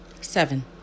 Seven